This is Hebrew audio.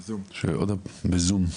בזום,